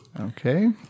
okay